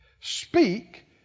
speak